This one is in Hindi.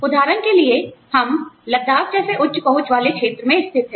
उदाहरण के लिए हम लद्दाख जैसे उच्च पहुंच वाले क्षेत्र में स्थित हैं